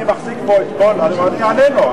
אני מחזיק פה עיתון, אני עוד אענה לו.